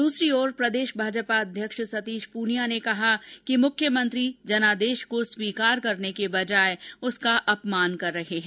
दूसरी ओर प्रदेश भाजपा अध्यक्ष सतीश पूनिया ने कहा कि मुख्यमंत्री जनादेश को स्वीकार करने के बजाय उसका अपमान कर रहे हैं